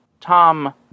Tom